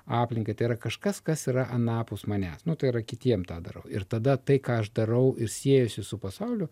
aplinkai tai yra kažkas kas yra anapus manęs nu tai yra kitiem tą darau ir tada tai ką aš darau ir siejasi su pasauliu